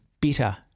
better